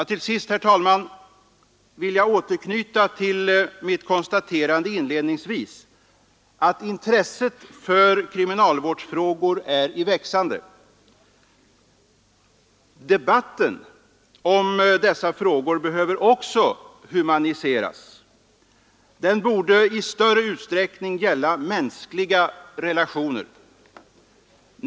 Till sist, herr talman, vill jag återknyta till mitt konstaterande inledningsvis, att intresset för kriminalvårdsfrågor är i växande. Debatten om dessa frågor behöver också humaniseras. Den borde i större utsträckning gälla mänskliga relationer.